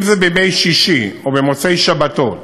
אם זה בימי שישי או במוצאי שבתות,